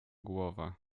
głowa